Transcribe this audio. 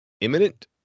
imminent